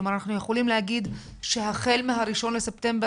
כלומר אנחנו יכולים להגיד שהחל מה-1 לספטמבר